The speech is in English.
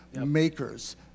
makers